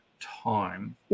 time